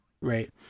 Right